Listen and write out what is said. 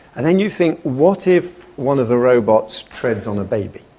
and then you think what if one of the robots treads on a baby?